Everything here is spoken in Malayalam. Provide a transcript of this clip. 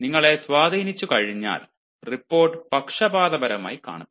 നിങ്ങളെ സ്വാധീനിച്ചു കഴിഞ്ഞാൽ റിപ്പോർട്ട് പക്ഷപാതപരമായി കാണപ്പെടും